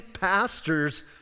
pastors